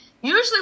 usually